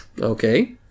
Okay